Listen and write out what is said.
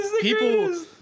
people